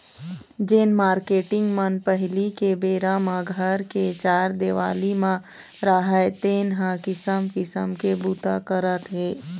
जेन मारकेटिंग मन पहिली के बेरा म घर के चार देवाली म राहय तेन ह किसम किसम के बूता करत हे